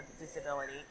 disability